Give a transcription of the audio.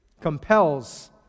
compels